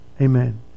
Amen